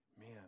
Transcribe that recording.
Man